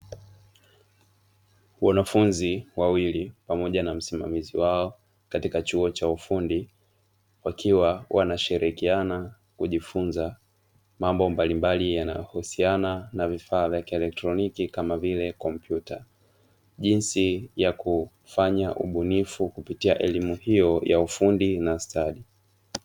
Wanafunzi wawili pamoja msimamizi wao katika chuo cha ufundi, wakiwa wanashirikiana kujifunza mambo mbalimbali yanayo husiana na vifaa vya kielektoniki kama vile: kompyuta, jinsi ya kufanya ubunifu kupitia elimu hiyo ya ufundi na stadi .